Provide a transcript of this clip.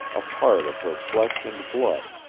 a part of her flesh and blood,